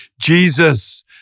Jesus